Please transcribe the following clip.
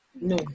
no